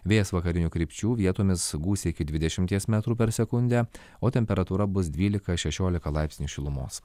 vėjas vakarinių krypčių vietomis gūsiai iki dvidešimties metrų per sekundę o temperatūra bus dvylika šešiolika laipsnių šilumos